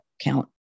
count